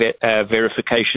verification